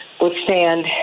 withstand